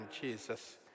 Jesus